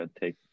take